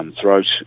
throat